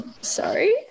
Sorry